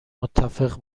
متفق